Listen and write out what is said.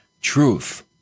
Truth